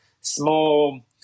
small